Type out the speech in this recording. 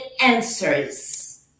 answers